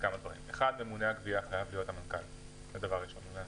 ממונה הגבייה חייב להיות המנכ"ל של כל תאגיד.